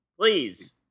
please